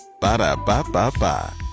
Ba-da-ba-ba-ba